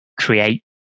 create